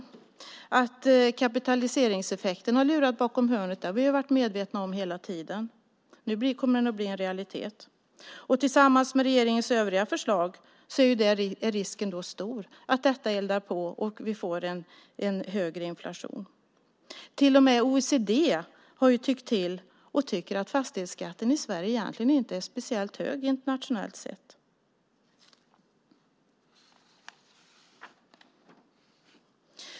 Att kapitaliseringseffekten har lurat bakom hörnet har vi varit medvetna om hela tiden. Nu kommer den att bli en realitet. Tillsammans med regeringens övriga förslag är risken stor att detta eldar på och att vi får en högre inflation. Till och med OECD tycker att fastighetsskatten i Sverige egentligen inte är speciellt hög internationellt sett.